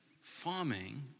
farming